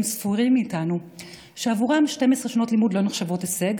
ספורים מאיתנו שעבורם 12 שנות לימוד לא נחשבות הישג,